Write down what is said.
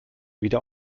wieder